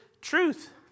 truth